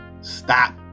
Stop